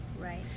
Right